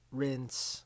rinse